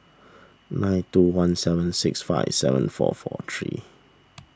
nine two one seven six five seven four four three